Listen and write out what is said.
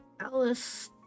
Alice